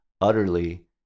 utterly